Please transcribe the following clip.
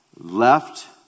left